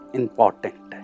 important